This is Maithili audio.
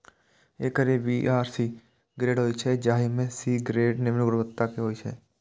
एकर ए, बी आ सी ग्रेड होइ छै, जाहि मे सी ग्रेड निम्न गुणवत्ता के होइ छै